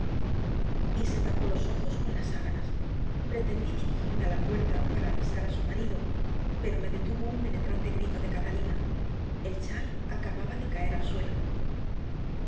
horrible y se tapó los ojos con las sábanas pretendí dirigirme a la puerta para avisar a su marido pero me detuvo un penetrante grito de catalina el chal acababa de caer al suelo